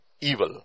evil